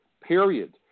Period